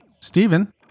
Stephen